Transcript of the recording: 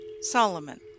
Solomon